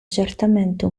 certamente